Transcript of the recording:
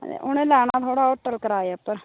उनें लैना होटल थुआढ़ा किराये उप्पर